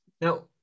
Now